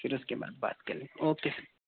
پھر اس کے بعد بات کریں گے او کے